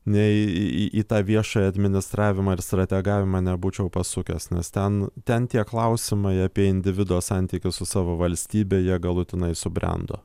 nei į į tą viešąjį administravimą ir strategavimą nebūčiau pasukęs nes ten ten tie klausimai apie individo santykius su savo valstybe jie galutinai subrendo